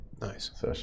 Nice